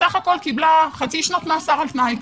בסך הכול קיבלה חצי שנה מאסר על תנאי.